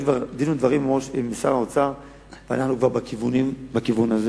יש כבר דין ודברים עם שר האוצר ואנחנו בכיוון הזה.